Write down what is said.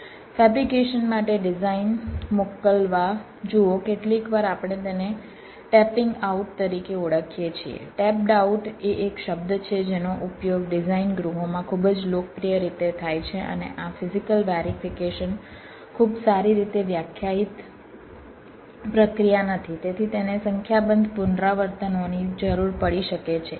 fabrication માટે design મોકલવા જુઓ કેટલીકવાર આપણે તેને ટેપિંગ આઉટ તરીકે ઓળખીએ છીએ ટેપ્ડ આઉટ એ એક શબ્દ છે જેનો ઉપયોગ ડિઝાઇન ગૃહોમાં ખૂબ જ લોકપ્રિય રીતે થાય છે અને આ ફિઝીકલ વેરિફીકેશન ખૂબ સારી રીતે વ્યાખ્યાયિત પ્રક્રિયા નથી તેથી તેને સંખ્યાબંધ પુનરાવર્તનોની જરૂર પડી શકે છે